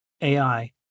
AI